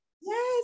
Yes